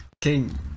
King